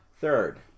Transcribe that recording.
Third